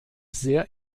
sehr